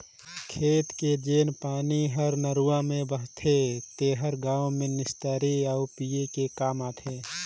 खेत के जेन पानी हर नरूवा में बहथे तेहर गांव में निस्तारी के आउ पिए के काम आथे